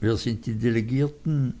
wer sind die delegierten